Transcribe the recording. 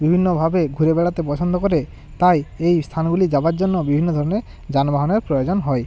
বিভিন্নভাবে ঘুরে বেড়াতে পছন্দ করে তাই এই স্থানগুলি যাবার জন্য বিভিন্ন ধরনের যানবাহনের প্রয়োজন হয়